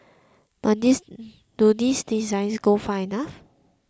but do these designs go far enough